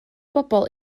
bobol